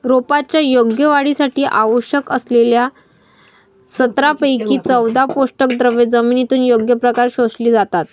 रोपांच्या योग्य वाढीसाठी आवश्यक असलेल्या सतरापैकी चौदा पोषकद्रव्ये जमिनीतून योग्य प्रकारे शोषली जातात